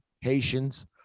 Haitians